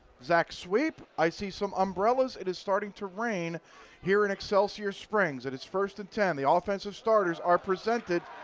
zach sweep, i see some umbrellas as and it's starting to rain here in excelsior springs and it's first and ten. the ah offensive starters are presented